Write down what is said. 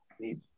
need